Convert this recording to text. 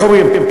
איך אומרים,